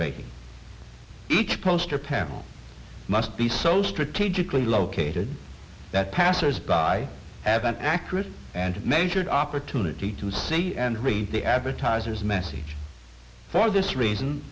rating each poster panel must be so strategically located that passers by have an accurate and measured opportunity to see and read the advertisers message for this reason